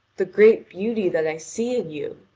the great beauty that i see in you.